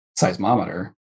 seismometer